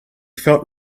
felt